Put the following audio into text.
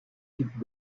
type